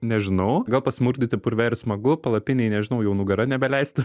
nežinau gal pas murkdyti purve ir smagu palapinėj nežinau jau nugara nebeleistų